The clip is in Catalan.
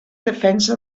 defensa